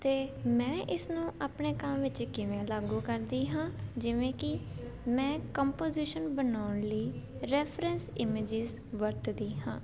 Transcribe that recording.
ਅਤੇ ਮੈਂ ਇਸਨੂੰ ਆਪਣੇ ਕੰਮ ਵਿੱਚ ਕਿਵੇਂ ਲਾਗੂ ਕਰਦੀ ਹਾਂ ਜਿਵੇਂ ਕਿ ਮੈਂ ਕੰਪੋਜੀਸ਼ਨ ਬਣਾਉਣ ਲਈ ਰੈਫਰੇਂਸ ਇਮੇਜਿਸ ਵਰਤਦੀ ਹਾਂ